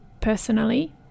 personally